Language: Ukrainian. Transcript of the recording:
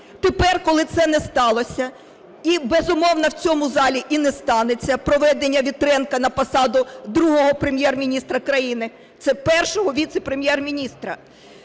Тепер, коли це не сталося, і, безумовно, в цьому залі і не станеться проведення Вітренка на посаду другого Прем'єр-міністра країни, це Першого віце-прем'єр-міністра.